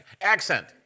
accent